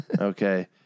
Okay